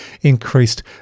increased